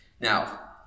Now